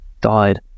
died